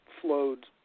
flowed